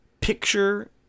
picture